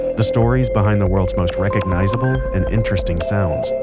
the stories behind the world's most recognizable and interesting sounds.